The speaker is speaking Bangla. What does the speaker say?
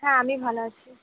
হ্যাঁ আমি ভালো আছি